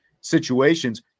situations